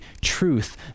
truth